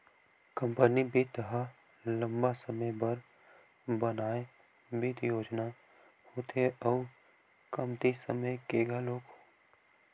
company बित्त ह लंबा समे बर बनाए बित्त योजना होथे अउ कमती समे के घलोक